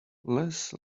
less